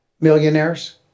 millionaires